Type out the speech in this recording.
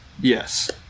Yes